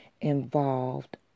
involved